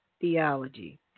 theology